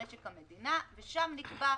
משק המדינה, ושם נקבע: